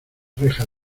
reja